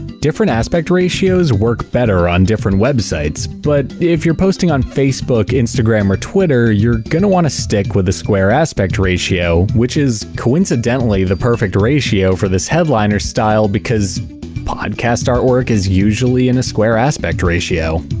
different aspect ratios work better on different websites, but if you're posting on facebook, instagram, or twitter, you're gonna want to stick with the square aspect ratio, which is coincidentally the perfect ratio for this headliner style because podcast artwork is usually in a square aspect ratio.